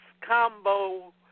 combo